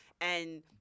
And-